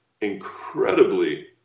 incredibly